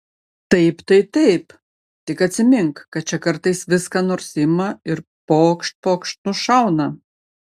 taip tai taip tik atsimink kad čia kartais vis ką nors ima ir pokšt pokšt nušauna